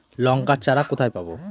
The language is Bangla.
লঙ্কার চারা কোথায় পাবো?